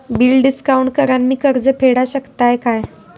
Bill discount करान मी कर्ज फेडा शकताय काय?